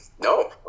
No